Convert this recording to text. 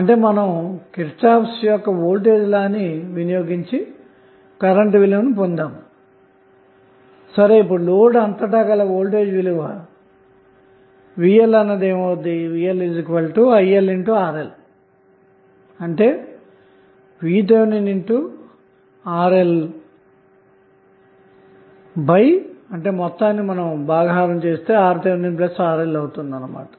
అంటే మనం కిర్చాఫ్ యొక్కవోల్టేజ్ లా ని వినియోగించి కరెంటు విలువను పొందాము ఇప్పుడులోడ్ అంతటా వోల్టేజ్ విలువ VLILRLVThRLRThRL అవుతుంది అన్న మాట